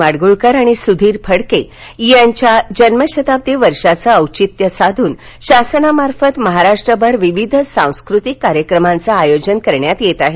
माडगूळकर आणि सुधीर फडके यांच्या जन्मशताब्दी वर्षाचं औचित्य साधून शासनामार्फत महाराष्ट्रभर विविध सांस्कृतिक कार्यक्रमांचं आयोजन करण्यात येत आहे